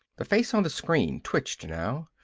the face on the screen twitched, now.